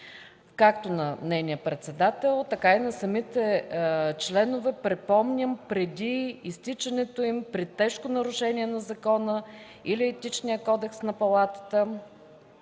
както на председателя й, така и на самите членове, припомням, преди изтичането им, при тежко нарушение на закона или Етичния кодекс на Палатата.